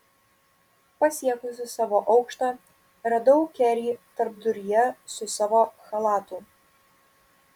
pasiekusi savo aukštą radau kerį tarpduryje su savu chalatu